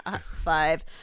five